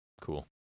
Cool